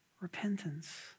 repentance